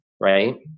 right